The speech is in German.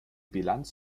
bilanz